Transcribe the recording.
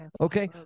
Okay